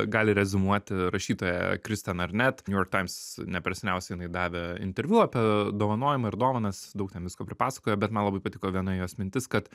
gali reziumuoti rašytoja kristen arnet new york times ne per seniausiai jinai davė interviu apie dovanojimą ir dovanas daug ten visko pripasakojo bet man labai patiko viena jos mintis kad